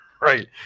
Right